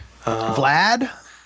vlad